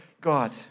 God